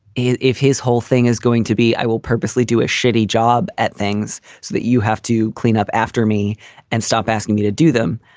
if his whole thing is going to be, i will purposely do a shitty job at things so that you have to clean up after me and stop asking me to do them,